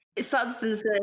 Substances